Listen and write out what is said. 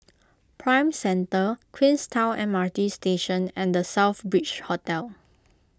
Prime Centre Queenstown M R T Station and the Southbridge Hotel